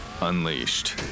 unleashed